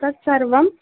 तत्सर्वम्